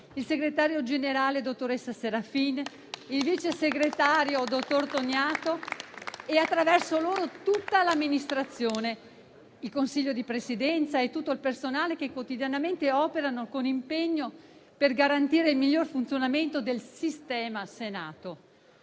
il Segretario Generale, dottoressa Serafin; il Vice Segretario Generale, dottor Toniato, e attraverso loro tutta l'Amministrazione, il Consiglio di Presidenza e tutto il personale, che quotidianamente operano con impegno per garantire il miglior funzionamento del sistema Senato.